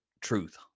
truth